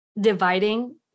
dividing